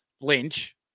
Lynch